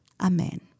Amen